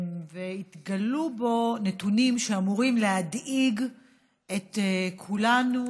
והתגלו בו נתונים שאמורים להדאיג את כולנו